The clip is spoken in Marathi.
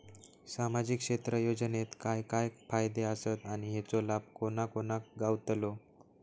सामजिक क्षेत्र योजनेत काय काय फायदे आसत आणि हेचो लाभ कोणा कोणाक गावतलो?